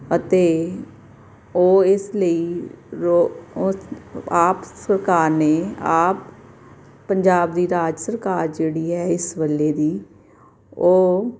ਅਤੇ ਉਹ ਇਸ ਲਈ ਰੋ ਉਹ ਆਪ ਸਰਕਾਰ ਨੇ ਆਪ ਪੰਜਾਬ ਦੀ ਰਾਜ ਸਰਕਾਰ ਜਿਹੜੀ ਹੈ ਇਸ ਵੇਲੇ ਦੀ ਉਹ